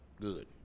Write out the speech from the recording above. Good